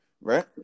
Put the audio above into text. right